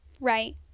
Right